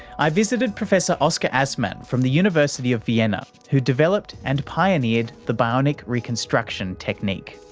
i visited professor oskar aszmann from the university of vienna who developed and pioneered the bionic reconstruction technique.